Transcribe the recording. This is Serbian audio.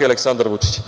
i Aleksandar Vučić.